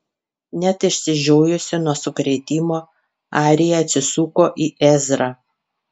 net išsižiojusi nuo sukrėtimo arija atsisuko į ezrą